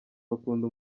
bakunda